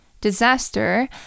disaster